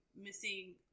missing